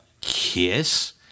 kiss